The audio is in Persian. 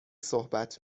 صحبت